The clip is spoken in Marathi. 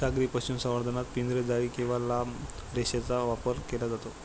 सागरी पशुसंवर्धनात पिंजरे, जाळी किंवा लांब रेषेचा वापर केला जातो